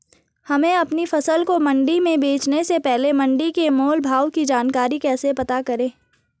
हमें अपनी फसल को मंडी में बेचने से पहले मंडी के मोल भाव की जानकारी कैसे पता करें?